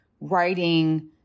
writing